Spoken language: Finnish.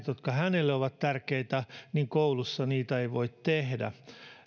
jotka hänelle ovat tärkeitä koulussa ei voi tehdä